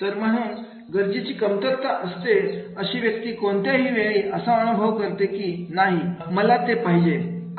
तर म्हणून गरजेची कमतरता असते अशी व्यक्ती कोणत्याही वेळी असा अनुभव करते की नाही हि मला ते पाहिजे